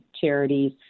charities